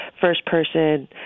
first-person